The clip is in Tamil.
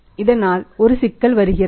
இதனால் ஒரு சிக்கல் வருகிறது